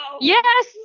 Yes